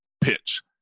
pitch